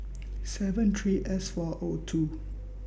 seven three S four O two